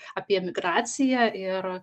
apie migraciją ir